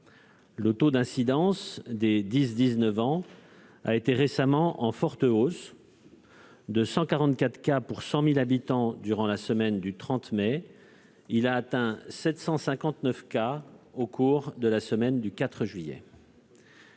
Le taux d'incidence des 10-19 ans a été récemment en forte hausse : de 144 cas pour 100 000 habitants durant la semaine du 30 mai dernier, il a atteint 759 cas pour 100 000 habitants au cours de la semaine du 4 juillet.